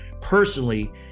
personally